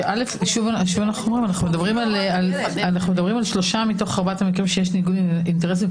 אנחנו מדברים על שלושה מתוך ארבעת המקרים שיש ניגוד אינטרסים,